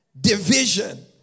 Division